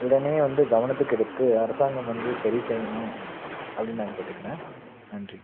உடனே வந்து கவனத்துக்கு எடுத்து அரசாங்கம் வந்து சரி செய்யணும் அப்படின்னு நான் கேட்டுக்கிறேன் நன்றி